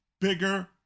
bigger